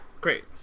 Great